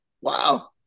Wow